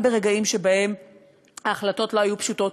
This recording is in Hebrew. גם ברגעים שבהם ההחלטות לא היו פשוטות,